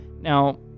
Now